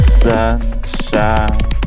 sunshine